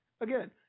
Again